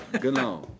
Genau